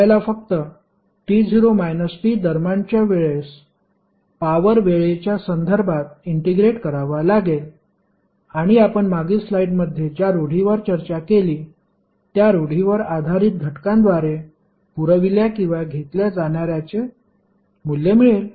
आपल्याला फक्त t0 - t दरम्यानच्या वेळेस पॉवर वेळेच्या संदर्भात इंटिग्रेट करावा लागेल आणि आपण मागील स्लाइडमध्ये ज्या रुढीवर चर्चा केली त्या रुढीवर आधारित घटकांद्वारे पुरविल्या किंवा घेतल्या जाणाऱ्याचे मूल्य मिळेल